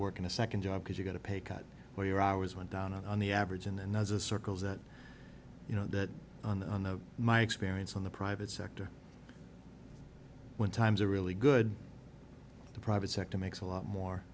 work in a second job because you get a pay cut where your hours went down on the average and then as a circles that you know that on the on the my experience in the private sector when times are really good the private sector makes a lot more